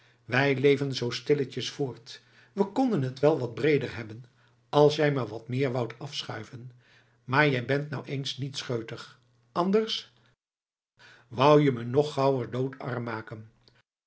wij leven zoo stilletjes voort we konden het wel wat breeder hebben als jij maar wat meer woudt afschuiven maar jij bent nou eens niet scheutig anders wou je me nog gauwer doodarm maken